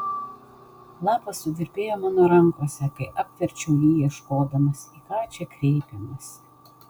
lapas suvirpėjo mano rankose kai apverčiau jį ieškodamas į ką čia kreipiamasi